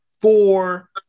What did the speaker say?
four